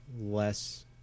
less